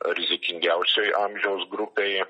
rizikingiausioj amžiaus grupėj